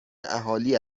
اهالی